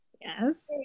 Yes